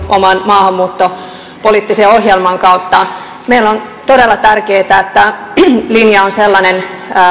oman maahanmuuttopoliittisen ohjelmansa kautta meille on todella tärkeää että linja on sellainen